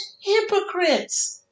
hypocrites